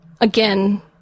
again